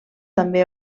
també